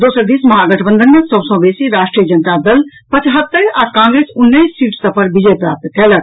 दोसर दिस महागबंधन मे सभ सॅ बेसी राष्ट्रीय जनता दल पचहत्तरि आ कांग्रेस उन्नैस सीट सभ पर विजय प्राप्त कयलक